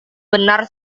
benar